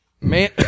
Man